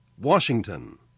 Washington